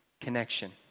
connection